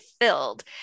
filled